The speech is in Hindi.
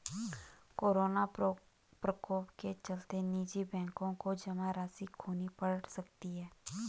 कोरोना प्रकोप के चलते निजी बैंकों को जमा राशि खोनी पढ़ सकती है